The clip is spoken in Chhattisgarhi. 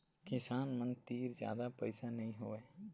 किसान मन तीर जादा पइसा नइ होवय